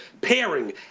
pairing